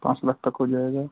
पाँच लाख तक हो जाएगा